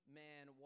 man